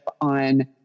on